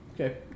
Okay